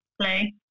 Play